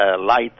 light